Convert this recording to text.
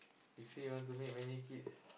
you say you want to make many kids